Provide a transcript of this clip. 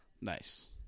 Nice